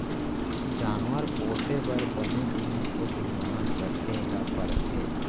जानवर पोसे बर बने जिनिस के धियान रखे ल परथे